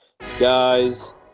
Guys